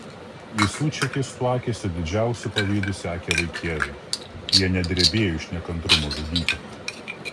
visų čekistų akys su didžiausiu pavydu sekė vaikėzą jie net drebėjo iš nekantrumo žudyti